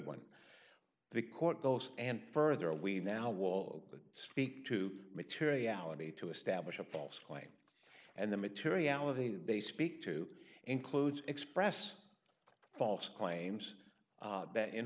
one the court goes and further away now wall to speak to materiality to establish a false claim and the materiality they speak to includes express false claims that in